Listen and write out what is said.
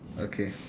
okay